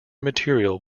material